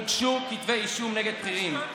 הוגשו כתבי אישום נגד בכירים,